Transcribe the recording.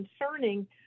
concerning